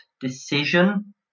decision